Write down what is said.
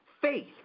faith